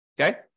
Okay